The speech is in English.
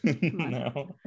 No